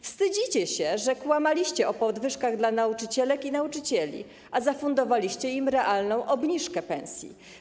Wstydzicie się, że kłamaliście w sprawie podwyżek dla nauczycielek i nauczycieli, a zafundowaliście im realną obniżkę pensji.